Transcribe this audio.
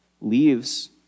leaves